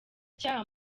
cyaha